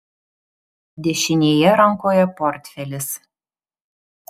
dešinėje rankoje portfelis